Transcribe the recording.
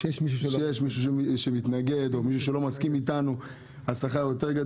כאשר יש מישהו שמתנגד או מישהו שלא מסכים אתנו אז השכר גדול יותר.